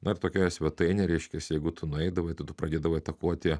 na ir tokioje svetainėje reiškiasi jeigu tu nueidavai tai tu pradėdavai atakuoti